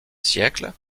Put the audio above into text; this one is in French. siècle